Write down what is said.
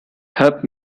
help